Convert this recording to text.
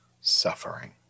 suffering